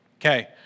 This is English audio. Okay